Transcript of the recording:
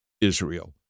Israel